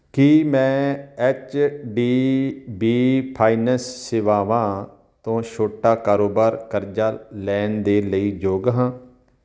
ਕੀ ਮੈਂ H D B finance ਸੇਵਾਵਾਂ ਤੋਂ ਛੋਟਾ ਕਾਰੋਬਾਰ ਕਰਜ਼ਾ ਲੈਣ ਦੇ ਲਈ ਯੋਗ ਹਾਂ